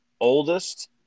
Oldest